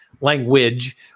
language